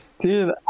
dude